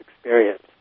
experience